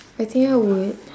I think I would